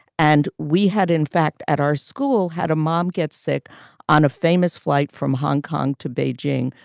and we had, in fact, at our school had a mom get sick on a famous flight from hong kong to beijing,